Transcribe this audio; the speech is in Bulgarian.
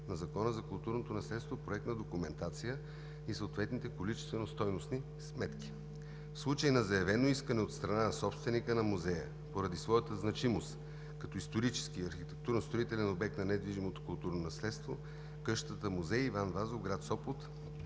на Закона за културното наследство проектна документация и съответните количествено-стойностни сметки. В случай на заявено искане от страна на собственика на музея поради своята значимост като исторически и архитектурно-строителен обект на недвижимо културно наследство къщата музей „Иван Вазов“ в град Сопот